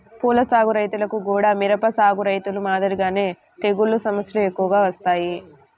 పూల సాగు రైతులకు గూడా మిరప సాగు రైతులు మాదిరిగానే తెగుల్ల సమస్యలు ఎక్కువగా వత్తాయి